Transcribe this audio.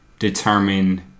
determine